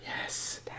Yes